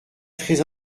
très